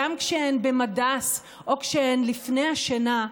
גם כשהן במד"ס או כשהן לפני השינה,